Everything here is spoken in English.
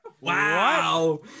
Wow